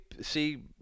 see